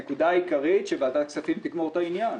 הנקודה העיקרית היא ציפייתי שוועדת כספים תגמור את הטיפול בעניין.